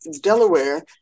Delaware